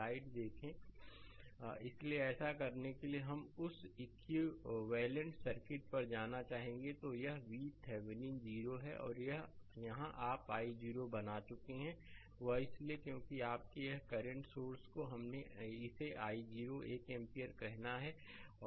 slide समय देखें 0228 इसलिए ऐसा करने के लिए हमें उस इक्विवेलेंट सर्किट पर जाना चाहिए तो यह VThevenin 0 है और अब यहाँ आप i0 बना चुके हैं वह इसलिए क्योंकि आपके एक करंट सोर्स को हमने इसे i0 1 एम्पीयर कहना है